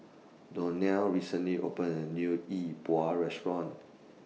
Donell recently opened A New Yi Bua Restaurant